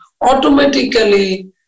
automatically